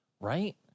right